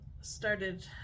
started